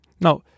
Now